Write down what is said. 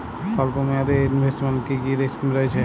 স্বল্পমেয়াদে এ ইনভেস্টমেন্ট কি কী স্কীম রয়েছে?